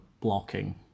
blocking